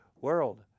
world